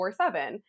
24-7